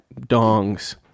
dongs